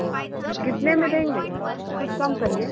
ठीक है कितने में देंगे कुछ कम करिए